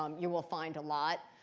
um you will find a lot.